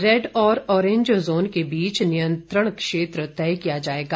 red zone और orange zone के बीच नियंत्रण क्षेत्र तय किया जाएगा